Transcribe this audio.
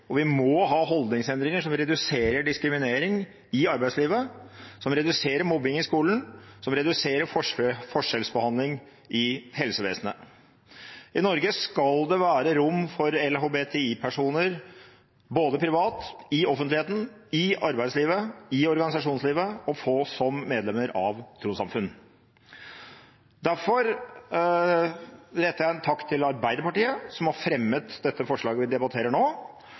og vi må ha holdningsendringer som reduserer diskriminering i arbeidslivet, som reduserer mobbing i skolen, og som reduserer forskjellsbehandling i helsevesenet. I Norge skal det være rom for LHBTI-personer, både privat, i offentligheten, i arbeidslivet, i organisasjonslivet og som medlemmer av trossamfunn. Derfor retter jeg en takk til Arbeiderpartiet, som har fremmet det forslaget vi debatterer nå.